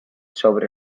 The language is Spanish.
sobre